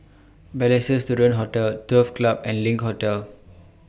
Balestier Student Hostel Turf Club and LINK Hotel